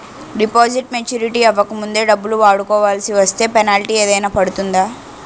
Deposit maturity అవ్వక ముందే డబ్బులు వాడుకొవాల్సి వస్తే పెనాల్టీ ఏదైనా పడుతుందా?